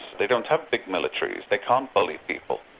they don't have big militaries, they can't bully people.